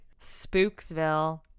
Spooksville